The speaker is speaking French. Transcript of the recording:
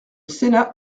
sénat